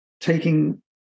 taking